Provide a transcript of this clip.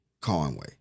Conway